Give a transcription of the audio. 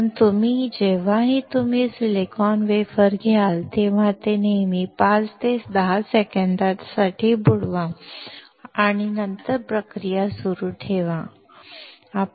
म्हणून जेव्हाही तुम्ही सिलिकॉन वेफर घ्याल तेव्हा ते नेहमी 5 ते 10 सेकंदांसाठी बुडवा आणि नंतर प्रक्रिया सुरू ठेवा